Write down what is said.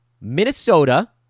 Minnesota